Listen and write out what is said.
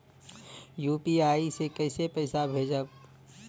UPI से कईसे पैसा भेजब?